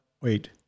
wait